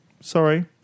sorry